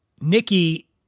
Nikki